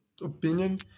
opinion